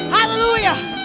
Hallelujah